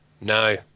No